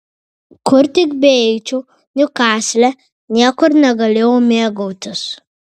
kur tik beeičiau niukasle niekur negalėjau mėgautis